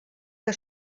que